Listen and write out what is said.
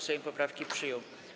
Sejm poprawki przyjął.